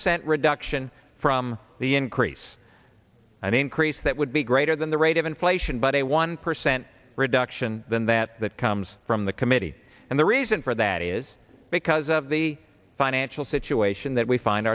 cent reduction from the increase an increase that would be greater than the rate of inflation but a one percent reduction than that that comes from the committee and the reason for that is because of the financial situation that we find